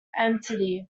entity